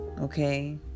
okay